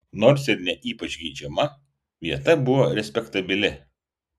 nors ir ne ypač geidžiama vieta buvo respektabili